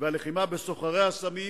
הלחימה בסוחרי הסמים